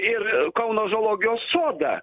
ir kauno zoologijos sodą